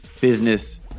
business